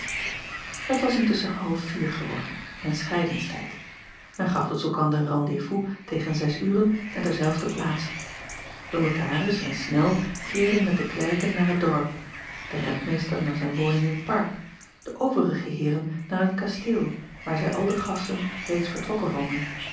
et was intusschen half vier geworden en scheidens tijd en gaf dus elkander rendez-vous tegen zes uren en terzelfde plaatse e notaris en nel keerden met de klerken naar het dorp de rentmeester naar zijn woning in het park de overige heeren naar het kasteel waar zij al de gasten reeds vertrokken vonden